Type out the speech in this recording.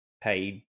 paid